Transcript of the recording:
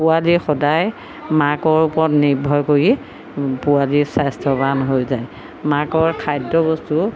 পোৱালি সদায় মাকৰ ওপৰত নিৰ্ভৰ কৰি পোৱালি স্বাস্থ্যৱান হৈ যায় মাকৰ খাদ্য বস্তু